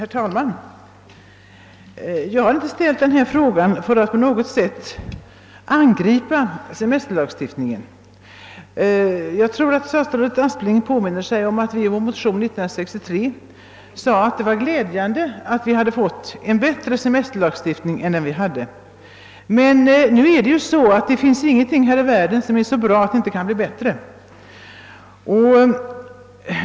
Herr talman! Jag har inte framställt min interpellation för att på något sätt angripa semesterlagstiftningen. Statsrådet Aspling torde erinra sig att vi i vår motion 1963 framhöll att det var glädjande att vi skulle få en bättre semesterlagstiftning än den tidigare. Ingenting här i världen är emellertid så bra att det inte kan bli bättre.